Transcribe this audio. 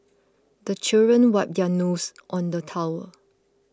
the children wipe their noses on the towel